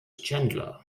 chandler